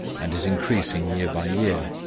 and is increasing year by year.